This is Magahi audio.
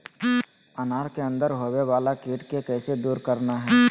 अनार के अंदर होवे वाला कीट के कैसे दूर करना है?